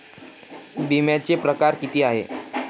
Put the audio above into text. बिम्याचे परकार कितीक हाय?